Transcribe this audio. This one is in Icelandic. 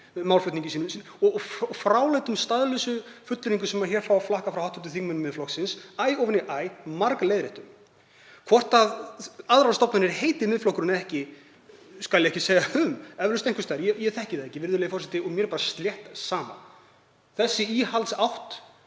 málflutningi sínum og fráleitum staðleysufullyrðingum sem hér fá að flakka frá hv. þingmönnum Miðflokksins æ ofan í æ, margleiðréttum. Hvort aðrar stofnanir heiti Miðflokkurinn eða ekki skal ég ekki segja um, eflaust einhvers staðar, ég þekki það ekki, virðulegi forseti, og mér er bara slétt sama. Þessi íhaldsátt